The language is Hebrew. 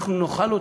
אנחנו נאכל אותה,